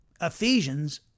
Ephesians